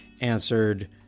answered